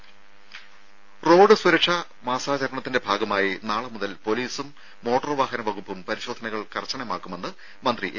രും റോഡ് സുരക്ഷാ മാസാചരണത്തിന്റെ ഭാഗമായി നാളെ മുതൽ പൊലീസും മോട്ടോർവാഹന വകുപ്പും പരിശോധനകൾ കർശനമാക്കുമെന്ന് മന്ത്രി എ